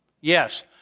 Yes